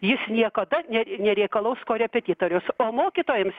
jis niekada ne nereikalaus korepetitoriaus o mokytojams